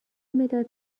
مداد